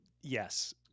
Yes